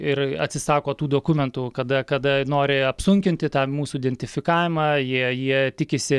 ir atsisako tų dokumentų kada kada nori apsunkinti tą mūsų identifikavimą jie jie tikisi